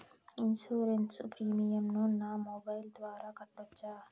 Insurance premium ను నా mobile ద్వారా కట్టొచ్చా?